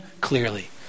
clearly